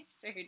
sure